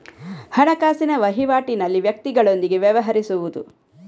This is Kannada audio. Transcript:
ಹಣಕಾಸಿನ ವಹಿವಾಟಿನಲ್ಲಿ ವ್ಯಕ್ತಿಗಳೊಂದಿಗೆ ವ್ಯವಹರಿಸುವುದು